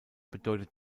bedeutet